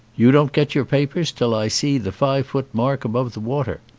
you don't get your papers till i see the five foot mark above the water,